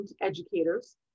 educators